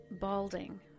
balding